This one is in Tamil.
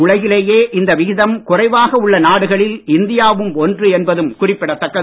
உலகிலேயே இந்த விகிதம் குறைவாக உள்ள நாடுகளில் இந்தியா வும் ஒன்று என்பதும் குறிப்பிடத்தக்கது